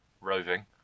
roving